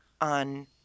on